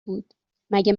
بود، مگه